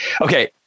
Okay